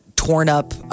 torn-up